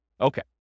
Okay